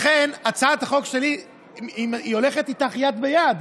לכן הצעת החוק שלי הולכת איתך יד ביד.